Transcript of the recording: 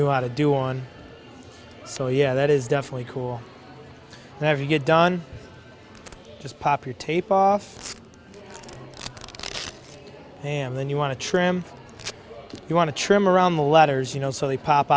knew how to do on so yeah that is definitely cool that you get done just pop your tape off and then you want to trim you want to trim around the letters you know so they pop